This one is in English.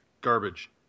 garbage